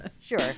sure